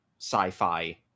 sci-fi